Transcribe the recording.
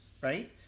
right